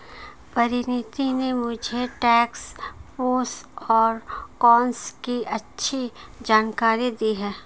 परिनीति ने मुझे tax pros और कोन्स की अच्छी जानकारी दी है